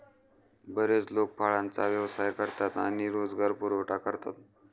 बरेच लोक फळांचा व्यवसाय करतात आणि रोजगार पुरवठा करतात